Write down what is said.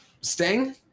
Sting